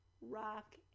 Rock